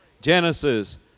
Genesis